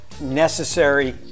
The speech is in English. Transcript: necessary